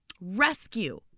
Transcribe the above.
rescue